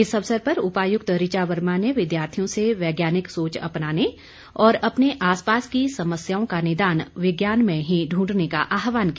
इस अवसर पर उपायुक्त ऋचा वर्मा ने विद्यार्थियों से वैज्ञानिक सोच अपनाने और अपने आस पास की समस्याओं का निदान विज्ञान में ही ढूंढने का आहवान किया